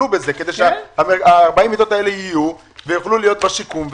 בזה כדי ש-40 המיטות האלה יהיו ויוכלו לשמש לשיקום.